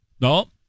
No